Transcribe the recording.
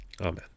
Amen